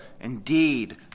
indeed